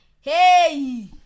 hey